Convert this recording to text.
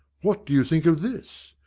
what do you think of this?